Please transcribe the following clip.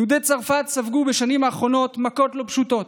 יהודי צרפת ספגו בשנים האחרונות מכות לא פשוטות: